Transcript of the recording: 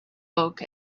book